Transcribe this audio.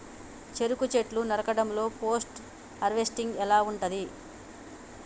చెరుకు చెట్లు నరకడం లో పోస్ట్ హార్వెస్టింగ్ ఎలా ఉంటది?